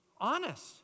Honest